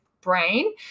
brain